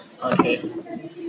Okay